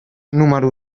número